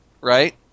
right